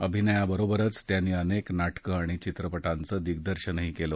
अभिनयाबरोबरच त्यांनी अनेक नाटकं आणि चित्रपटांचं दिग्दर्शनही केलं